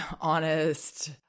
honest